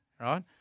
Right